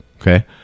Okay